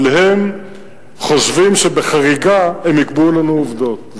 אבל הם חושבים שבחריגה הם יקבעו לנו עובדות,